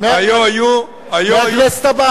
מהכנסת הבאה.